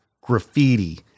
graffiti